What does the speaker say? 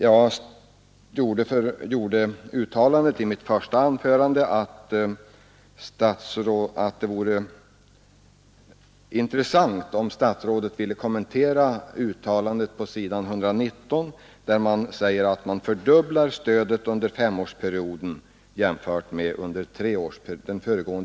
Jag sade i mitt första anförande att det vore intressant, om statsrådet ville kommentera uttalandet på s. 119 i propositionen 50, där det sägs att man fördubblar stödet under femårsperioden jämfört med föregående treårsperiod.